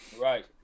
right